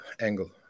angle